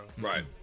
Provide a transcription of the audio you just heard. Right